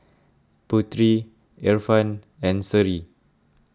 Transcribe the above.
Putri Irfan and Seri